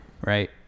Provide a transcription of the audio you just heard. Right